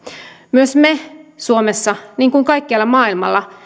myös me suomessa niin kuin ihmiset kaikkialla maailmalla